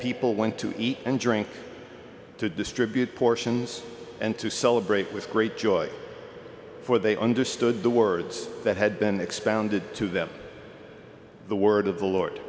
people went to eat and drink to distribute portions and to celebrate with great joy for they understood the words that had been expounded to them the word of the lord